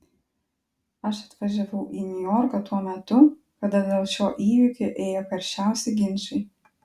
aš atvažiavau į niujorką tuo metu kada dėl šio įvykio ėjo karščiausi ginčai